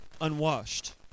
unwashed